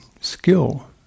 skill